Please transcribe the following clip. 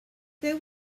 there